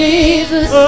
Jesus